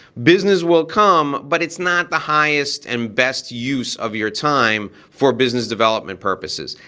business will come, but it's not the highest and best use of your time for business development purposes.